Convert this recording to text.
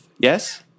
Yes